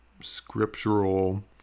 scriptural